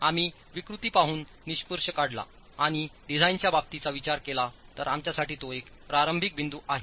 आम्ही विकृती पाहून निष्कर्ष काढला आणि डिझाईनच्या बाबींचा विचार केला तर आमच्यासाठी तो एक प्रारंभिक बिंदू आहे